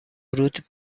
ورود